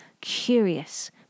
curious